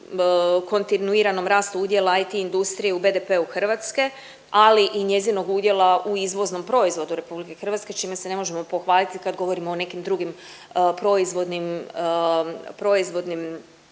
kontinuiranom rastu udjela IT industrije u BDP-u Hrvatske ali i njezinog udjela u izvoznom proizvodu RH čime se ne možemo pohvaliti kad govorimo o nekim drugim proizvodnim, proizvodnim